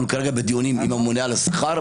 אנחנו כרגע בדיונים עם הממונה על השכר.